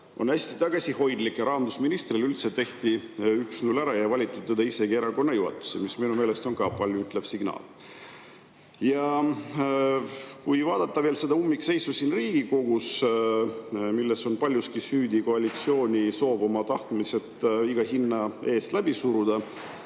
oli hästi tagasihoidlik ja rahandusministrile tehti üldse 1 : 0 ära. Teda ei valitud isegi erakonna juhatusse, mis minu meelest on ka paljuütlev signaal. Kui vaadata veel seda ummikseisu siin Riigikogus, milles on paljuski süüdi koalitsiooni soov oma tahtmine iga hinna eest läbi suruda,